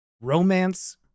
Romance